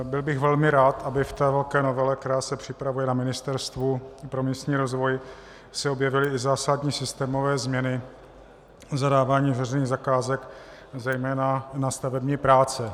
Byl bych velmi rád, aby se ve velké novele, která se připravuje na Ministerstvu pro místní rozvoj, objevily i zásadní systémové změny v zadávání veřejných zakázek zejména na stavební práce.